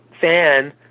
fan